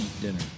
dinner